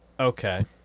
Okay